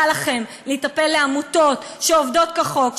קל לכם להיטפל לעמותות שעובדות כחוק,